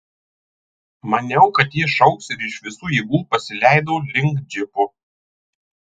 maniau kad ji šauks ir iš visų jėgų pasileidau link džipo